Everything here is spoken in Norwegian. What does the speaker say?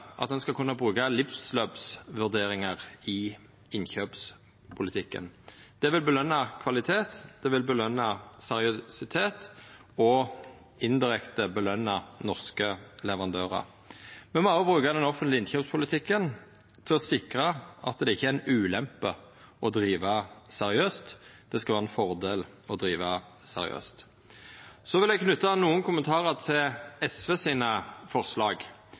at ein skal kunna bruka livsløpsvurderingar i innkjøpspolitikken. Det vil påskjøna kvalitet, det vil påskjøna seriøsitet – og indirekte påskjøna norske leverandørar. Me må òg bruka den offentlege innkjøpspolitikken til å sikra at det ikkje er ei ulempe å driva seriøst; det skal vera ein fordel å driva seriøst. Så vil eg knyta nokre kommentarar til forslaga frå SV.